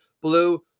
Blue